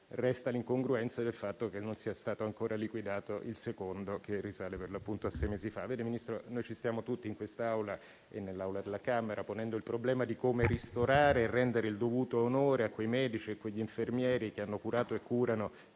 resta l'incongruenza del fatto che non sia stato ancora liquidato il secondo, che risale a sei mesi fa. Signor Ministro, tutti in quest'Aula e in quella della Camera ci stiamo ponendo il problema di come ristorare e rendere il dovuto onore a quei medici e infermieri che hanno curato e curano